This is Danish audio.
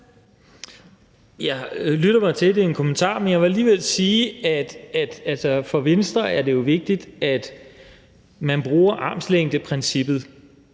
Jeg lytter til kommentarerne, men jeg vil alligevel sige, at det for Venstre jo er vigtigt, at man bruger armslængdeprincippet,